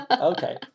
okay